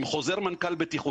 עם חוזר מנכ"ל בטיחות.